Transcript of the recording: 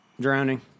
Drowning